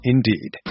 Indeed